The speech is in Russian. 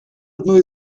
одной